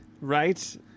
Right